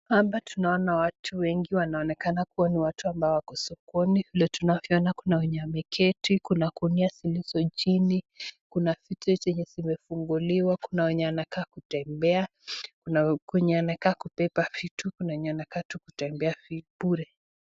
Hapa tunaona watu wengi wanaonekana kuwa ni watu ambao wako sokoni. Vile tunavyoona kuna mwenye ameketi kuna gunia zilizo chini kuna vitu zimefunguliwa, kuna wenye wanakaa kutembea kuna kwenye anakaa kubeba vitu kuna wenye wanakaa kutembea bure.